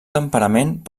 temperament